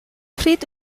pryd